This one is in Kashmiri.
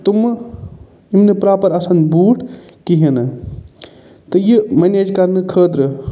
تٔمہٕ یِم نہٕ پراپَر آسَن بوٗٹھ کِہیٖنۍ نہٕ تہٕ یہِ مَنیج کرنہٕ خٲطرٕ